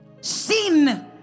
Sin